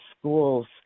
schools